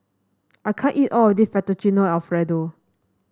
I can't eat all of this Fettuccine Alfredo